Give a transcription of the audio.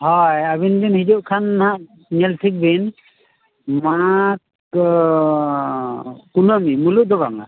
ᱦᱳᱭ ᱟᱹᱵᱤᱱ ᱵᱤᱱ ᱦᱤᱡᱩᱜ ᱠᱷᱟᱱ ᱦᱟᱸᱜ ᱧᱮᱞ ᱴᱷᱤᱠ ᱵᱤᱱ ᱢᱟᱜᱽ ᱠᱩᱱᱟᱹᱢᱤ ᱢᱩᱞᱩᱜ ᱫᱚ ᱵᱟᱝᱼᱟ